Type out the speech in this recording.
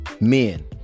Men